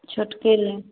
छोटके लेब